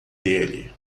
dele